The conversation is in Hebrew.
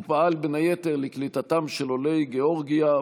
ופעל בין היתר לקליטתם של עולי גיאורגיה,